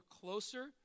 closer